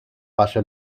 passa